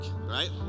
Right